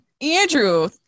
Andrew